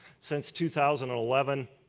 since two thousand and eleven.